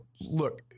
look